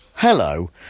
Hello